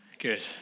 Good